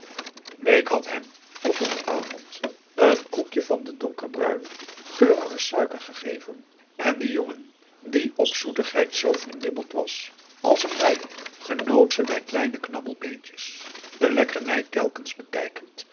bake had hem op een avond een koekje van de donkerbruine geurige suiker gegeven en de jongen die op zoetigheid zoo vernibbeld was als augusta de wit orpheus in de dessa een bij genoot ze bij kleine knabbel beetjes de lekkernij telkens bekijkend